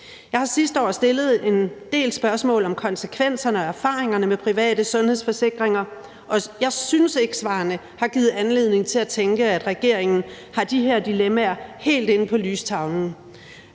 Jeg stillede sidste år en del spørgsmål om konsekvenserne af og erfaringerne med private sundhedsforsikringer, og jeg synes ikke, at svarene har givet anledning til at tænke, at regeringen har de her dilemmaer helt inde på lystavlen.